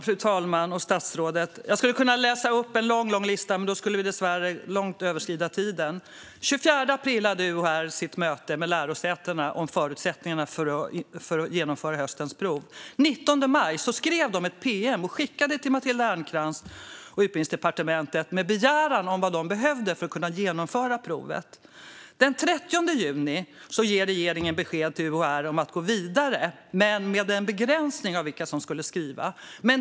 Fru talman! Statsrådet! Jag skulle kunna läsa upp en lång lista, men då skulle jag dessvärre överskrida talartiden stort. Den 24 april har UHR sitt möte med lärosätena om förutsättningarna för att genomföra höstens prov. Den 19 maj skriver de ett pm med en begäran om vad de behöver för att kunna genomföra provet och skickar det till Matilda Ernkrans och Utbildningsdepartementet. Den 30 juni ger regeringen besked till UHR om att gå vidare, men med en begränsning av vilka som ska skriva.